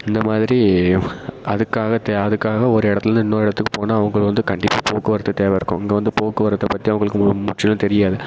இந்த மாதிரி அதுக்காக தே அதுக்காக ஒரு இடத்துலேருந்து இன்னொரு இடத்துக்கு போனால் அவங்களுக்கு வந்து கண்டிப்பாக போக்குவரத்து தேவை இருக்கும் இங்கே வந்து போக்குவரத்தை பற்றி அவங்களுக்கு முற்றிலும் தெரியாது